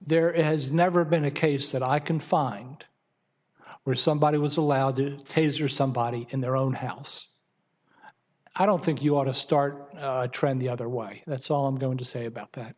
there it has never been a case that i can find where somebody was allowed to taser somebody in their own house i don't think you ought to start a trend the other way that's all i'm going to say about that